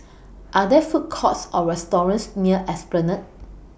Are There Food Courts Or restaurants near Esplanade